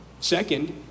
Second